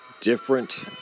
different